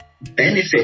benefit